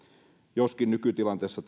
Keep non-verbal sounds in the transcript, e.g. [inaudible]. joskin nykytilanteessa [unintelligible]